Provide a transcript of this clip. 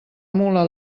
mula